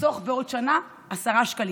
נחסוך בעוד שנה עשרה שקלים.